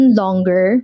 longer